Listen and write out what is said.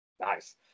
nice